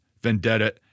vendetta